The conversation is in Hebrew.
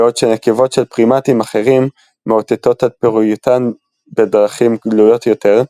בעוד שנקבות של פרימטים אחרים מאותתות על פוריותן בדרכים גלויות יותר,